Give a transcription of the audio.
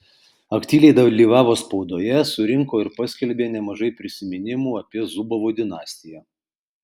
aktyviai dalyvavo spaudoje surinko ir paskelbė nemažai prisiminimų apie zubovų dinastiją